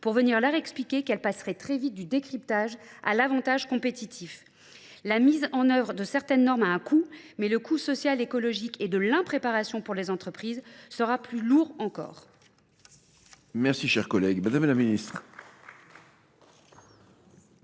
pour venir leur expliquer qu'elles passeraient très vite du décryptage à l'avantage compétitif. La mise en œuvre de certaines normes a un coût, mais le coût social, écologique et de l'impréparation pour les entreprises sera plus lourd encore.